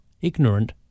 ignorant